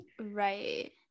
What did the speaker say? right